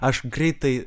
aš greitai